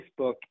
Facebook